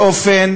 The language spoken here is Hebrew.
באופן